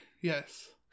yes